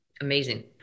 amazing